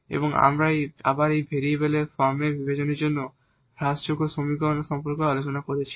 এবং আমরা আবার ভেরিয়েবল ফর্মের বিভাজনের জন্য ইকুয়েশন রিডুসিবল সম্পর্কেও আলোচনা করেছি